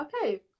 okay